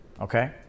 Okay